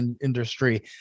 industry